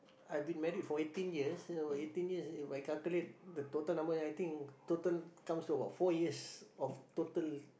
I been married for eighteen years so eighteen years if I calculate the total number I think total comes to about four years of total